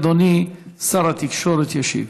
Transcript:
אדוני שר התקשורת ישיב.